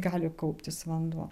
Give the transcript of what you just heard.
gali kauptis vanduo